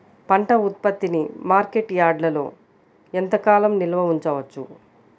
పంట ఉత్పత్తిని మార్కెట్ యార్డ్లలో ఎంతకాలం నిల్వ ఉంచవచ్చు?